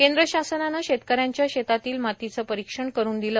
केंद्र शासनाने शेतकऱ्यांच्या शेतातील मातीचे परीक्षण करून दिले